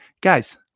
guys